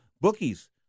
bookies